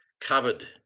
covered